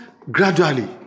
gradually